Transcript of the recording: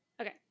Okay